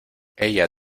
ella